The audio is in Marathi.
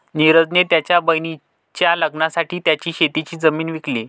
निरज ने त्याच्या बहिणीच्या लग्नासाठी त्याची शेतीची जमीन विकली